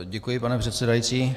Děkuji, pane předsedající.